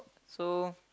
so